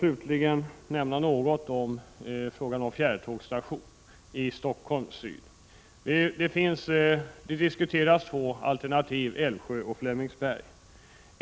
Slutligen skall jag bara nämna något om frågan om en fjärrtågsstation i Stockholm Syd. Det diskuteras två alternativ, Älvsjö och Flemingsberg.